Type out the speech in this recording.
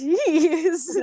Jeez